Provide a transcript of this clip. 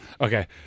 Okay